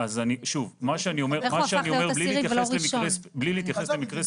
אז שוב: מה שאני אומר, בלי להתייחס למקרה ספציפי.